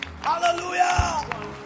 Hallelujah